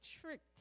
tricked